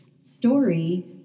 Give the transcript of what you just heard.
story